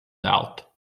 doubt